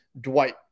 Dwight